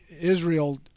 Israel